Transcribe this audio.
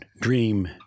dream